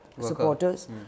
supporters